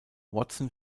watson